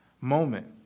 moment